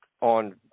on